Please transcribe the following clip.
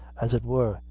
as it were,